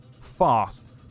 fast